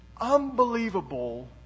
unbelievable